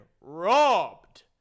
robbed